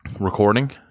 recording